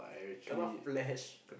kena flash